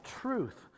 truth